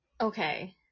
okay